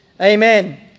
Amen